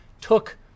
took